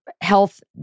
health